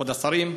כבוד השרים,